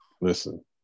Listen